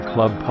Club